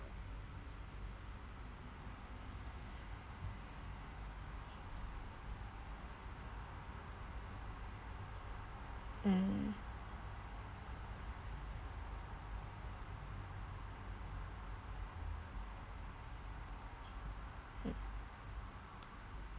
mm